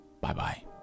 Bye-bye